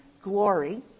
glory